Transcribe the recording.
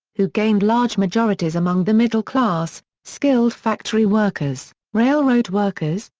who gained large majorities among the middle class, skilled factory workers, railroad workers,